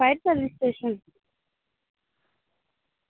fire service station